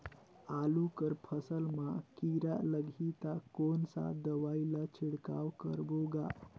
आलू कर फसल मा कीरा लगही ता कौन सा दवाई ला छिड़काव करबो गा?